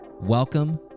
Welcome